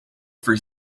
for